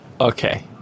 Okay